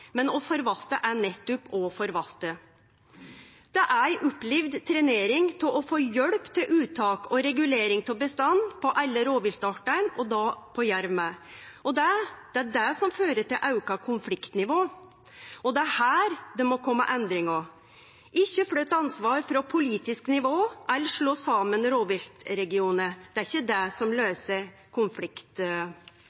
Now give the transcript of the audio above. men å forvalte er nettopp å forvalte. Det er ei opplevd trenering av å få hjelp til uttak og regulering av bestanden for alle rovviltartane, også jerv. Det er det som fører til auka konfliktnivå, og det er her det må kome endringar. Ikkje flytt ansvar frå politisk nivå eller slå saman rovviltregionar. Det er ikkje det som